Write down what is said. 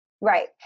Right